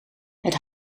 het